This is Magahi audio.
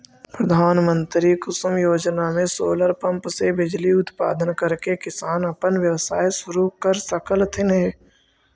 प्रधानमंत्री कुसुम योजना में सोलर पंप से बिजली उत्पादन करके किसान अपन व्यवसाय शुरू कर सकलथीन हे